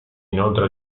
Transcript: inoltre